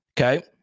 Okay